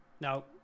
Now